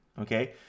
Okay